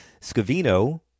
Scavino